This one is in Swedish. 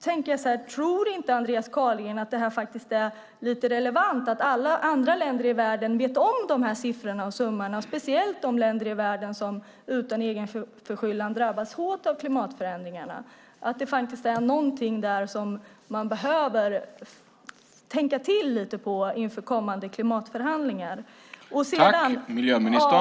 Tror inte Andreas Carlgren att det är lite relevant att alla länder i världen känner till dessa siffror, speciellt de länder som utan egen förskyllan drabbas hårt av klimatförändringarna, och att det är någonting som man behöver tänka på inför kommande klimatförhandlingar?